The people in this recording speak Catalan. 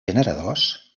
generadors